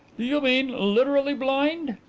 do you mean literally blind?